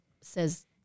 says